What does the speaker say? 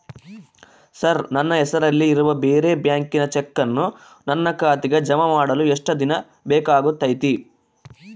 Sir ನನ್ನ ಹೆಸರಲ್ಲಿ ಇರುವ ಬೇರೆ ಬ್ಯಾಂಕಿನ ಚೆಕ್ಕನ್ನು ನನ್ನ ಖಾತೆಗೆ ಜಮಾ ಮಾಡಲು ಎಷ್ಟು ದಿನ ಬೇಕಾಗುತೈತಿ?